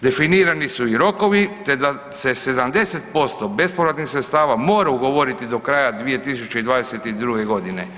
Definirani su i rokovi te da se 70% bespovratnih sredstava mora ugovoriti do kraja 2022. godine.